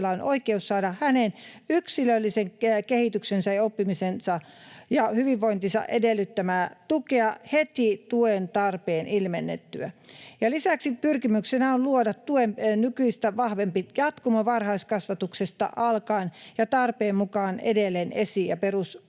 on oikeus saada hänen yksilöllisen kehityksensä ja oppimisensa ja hyvinvointinsa edellyttämää tukea heti tuen tarpeen ilmettyä. Lisäksi pyrkimyksenä on luoda tuen nykyistä vahvempi jatkumo varhaiskasvatuksesta alkaen ja tarpeen mukaan edelleen esi- ja perusopetuksessa